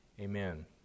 Amen